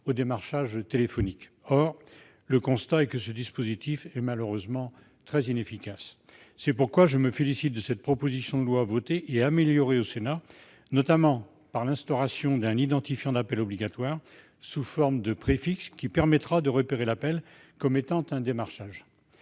au démarchage téléphonique. Or nous constatons que ce dispositif est malheureusement très inefficace. C'est pourquoi je me félicite de cette proposition de loi votée et améliorée par le Sénat, notamment par l'instauration d'un identifiant d'appel obligatoire sous forme de préfixe, qui permettra de repérer l'appel comme étant un démarchage.